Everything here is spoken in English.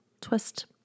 twist